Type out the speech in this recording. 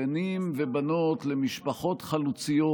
בנים ובנות למשפחות חלוציות,